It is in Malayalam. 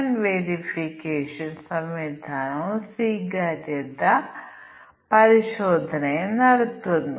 ദയവായി ഇത് പരീക്ഷിക്കൂ പക്ഷേ ഇതിനുള്ള പരിഹാരം ഞാൻ പ്രദർശിപ്പിക്കട്ടെ അതുവഴി നിങ്ങൾക്ക് ഞങ്ങളുടെ ഉത്തരം പരിശോധിക്കാനാകും